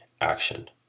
action